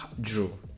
Drew